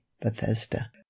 Bethesda